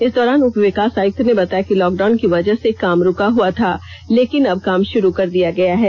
इस दौरान उपविकास आयुक्त ने बताया की लॉक डाउन की वजह से काम रुका हुआ था लेकिन अब काम शुरू कर दिया गया है